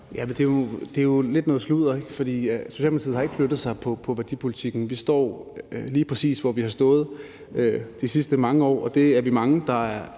det er jo lidt noget sludder, ikke? For Socialdemokratiet har ikke flyttet sig i værdipolitikken. Vi står lige præcis der, hvor vi har stået de sidste mange år, og det er vi mange der er